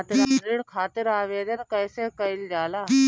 ऋण खातिर आवेदन कैसे कयील जाला?